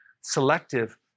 selective